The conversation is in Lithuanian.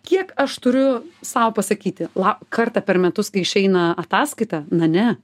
kiek aš turiu sau pasakyti la kartą per metus kai išeina ataskaita na ne